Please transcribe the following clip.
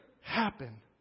happen